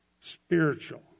spiritual